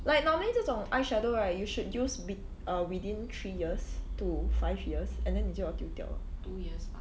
like normally 这种 eyeshadow right you should use be~ uh within three years to five years and then 你就要丢掉了